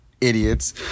idiots